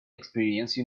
experience